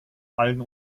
allen